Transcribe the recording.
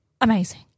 amazing